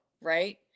right